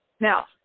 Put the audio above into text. Now